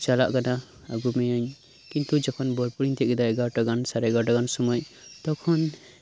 ᱪᱟᱞᱟᱜ ᱠᱟᱱᱟ ᱟᱹᱜᱩ ᱢᱮᱭᱟᱹᱧ ᱠᱤᱱᱛᱩ ᱡᱮᱠᱷᱚᱱ ᱵᱳᱞᱯᱩᱨᱤᱧ ᱛᱤᱭᱳᱜ ᱠᱮᱫᱟ ᱮᱜᱟᱨᱚᱴᱟ ᱜᱟᱱ ᱥᱟᱲᱮ ᱮᱜᱟᱨᱚᱴᱟ ᱜᱟᱱ ᱥᱳᱢᱳᱭ ᱛᱚᱠᱷᱚᱱ